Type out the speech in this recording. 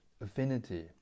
affinity